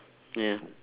ya